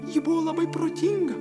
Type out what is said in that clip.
ji buvo labai protinga